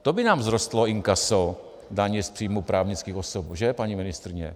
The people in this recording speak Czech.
To by nám vzrostlo inkaso daně z příjmů právnických osob, že, paní ministryně?